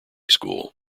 school